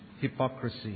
hypocrisy